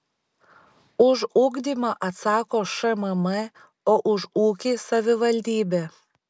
už ugdymą atsako šmm o už ūkį savivaldybė